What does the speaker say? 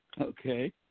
Okay